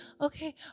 Okay